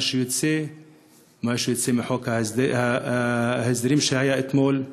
מה שיוצא מחוק ההסדרה שהיה אתמול.